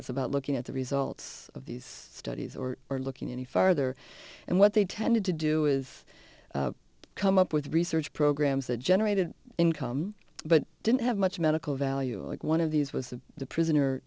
pollyannas about looking at the results of these studies or or looking any farther and what they tended to do is come up with research programs that generated income but didn't have much medical value and one of these was the prisoner